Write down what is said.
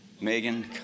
Megan